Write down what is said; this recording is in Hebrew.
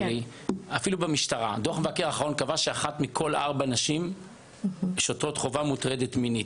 דוח המבקר האחרון קבע שאחת מכל ארבע שוטרות חובה מוטרדת מינית.